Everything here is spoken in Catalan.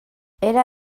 era